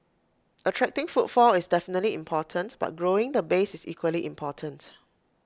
attracting footfall is definitely important but growing the base is equally important